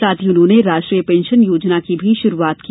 साथ ही उन्होंने राष्ट्रीय पेंशन योजना की शुरूआत भी की